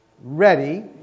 ready